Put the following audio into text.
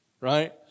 right